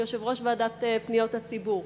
כיושב-ראש ועדת פניות הציבור,